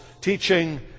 teaching